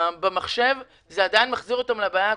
במחשב זה מחזיר אותם לבעיה הקודמת.